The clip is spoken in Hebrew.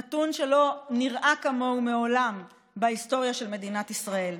נתון שלא נראה כמוהו מעולם בהיסטוריה של מדינת ישראל.